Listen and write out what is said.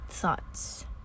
thoughts